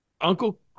uncle